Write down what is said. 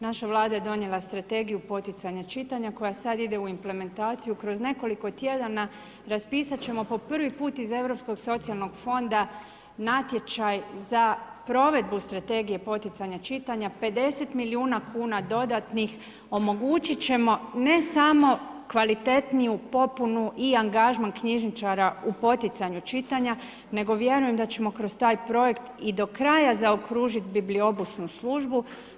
Naša Vlada je donijela strategiju poticanja čitanja, koja sada ide u implementaciju, kroz nekoliko tjedana, raspisati ćemo po prvi puta iz europskog socijalnog fonda, natječaj za provedbu strategije poticanja čitanja, 50 milijuna kn dodatnih, omogućiti ćemo ne samo kvalitetniju popunu i angažman knjižničara u poticanju čitanja, nego vjerujem da ćemo kroz taj projekt do kraja zaokružiti bibliobusnu službu.